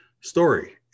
story